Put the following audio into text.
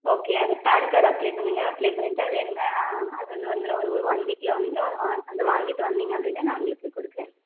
okay அது PAN card apply பண்ணுங்க apply பண்ணிவிட்டு அது என்ன அது வந்து வந்துரும் அது ஒரு ஒரு ஒன் வீக் வந்துரும் அதை வாங் அதை வாங்கிகிட்டு வந்தீங்க அப்படின்னா நாங்கள் உங்களுக்கு கொடுக்குறேன்